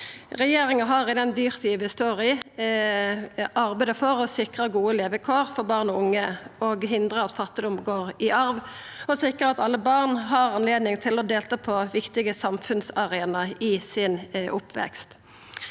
Regjeringa har i den dyrtida vi står i, arbeidd for å sikra gode levekår for barn og unge, å hindra at fattigdom går i arv og å sikra at alle barn har anledning til å delta på viktige samfunnsarenaar i sin oppvekst.